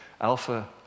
Alpha